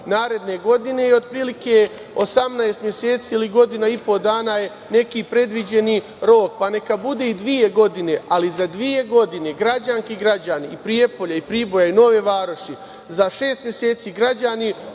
naredne godine. Otprilike 18 meseci ili godinu i po dana je neki predviđeni rok. Neka bude i dve godine, ali za dve godine građanke i građani i Prijepolja i Priboja i Nove Varoši, za šest meseci građani